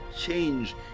change